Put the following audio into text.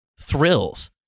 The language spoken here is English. thrills